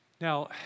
Now